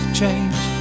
change